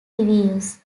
reviews